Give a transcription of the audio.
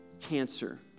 cancer